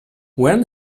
when